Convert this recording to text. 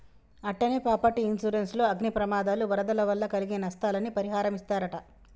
అట్టనే property insurance లో అగ్ని ప్రమాదాలు, వరదల వల్ల కలిగే నస్తాలని పరిహారమిస్తరట